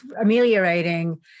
ameliorating